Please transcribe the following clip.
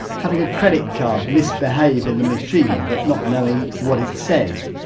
having a credit card misbehave in the machine but not knowing what it says.